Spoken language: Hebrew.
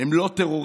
הם לא טרוריסטים,